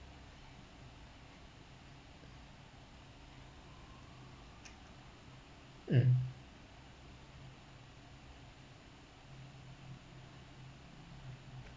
um